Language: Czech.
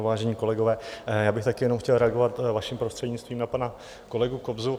Vážení kolegové, já bych také jenom chtěl reagovat vaším prostřednictvím na pana kolegu Kobzu.